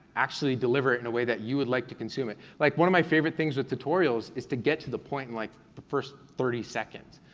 actually deliver it in a way that you would like to consume it. like one of my favorite things with tutorials is to get to the point in like the first thirty seconds.